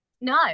No